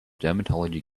dermatology